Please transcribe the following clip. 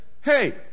hey